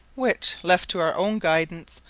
which, left to our own guidance,